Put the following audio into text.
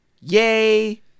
Yay